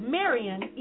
Marion